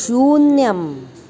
शून्यम्